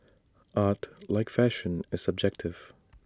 art like fashion is subjective